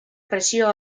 presio